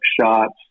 shots